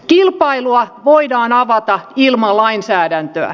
kilpailua voidaan avata ilman lainsäädäntöä